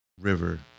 River